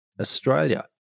Australia